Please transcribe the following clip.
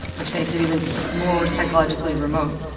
which makes it even more psychologically remote